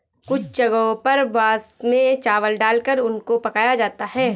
कुछ जगहों पर बांस में चावल डालकर उनको पकाया जाता है